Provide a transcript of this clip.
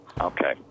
Okay